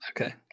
Okay